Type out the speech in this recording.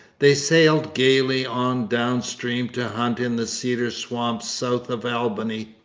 they sailed gaily on down-stream to hunt in the cedar swamps south of albany.